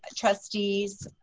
trustees,